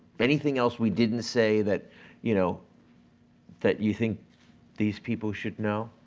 anything else we didn't say that you know that you think these people should know?